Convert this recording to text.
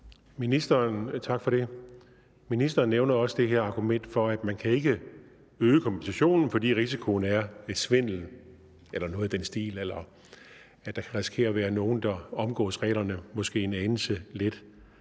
Tak for det. Ministeren nævner også det her argument om, at man ikke kan øge kompensationen, fordi der er risiko for svindel eller noget i den stil, eller at man kan risikere, at der måske kan være nogen, der omgås reglerne en anelse for